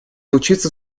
учиться